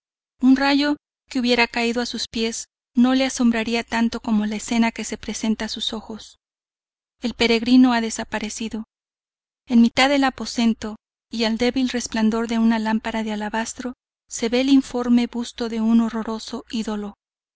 un rayo que hubiera caído a sus pies no le asombraría tanto como la escena que se presenta sus ojos el peregrino ha desaparecido en mitad del aposento y al débil resplandor de una lámpara de alabastro se ve el informe busto de un horroroso ídolo